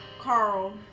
Carl